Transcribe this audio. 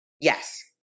Yes